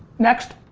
next.